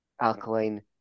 alkaline